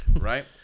Right